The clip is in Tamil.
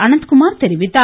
அனந்த்குமார் தெரிவித்தார்